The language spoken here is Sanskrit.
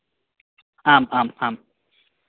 आम् आम् आम्